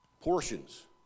portions